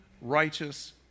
righteous